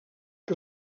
que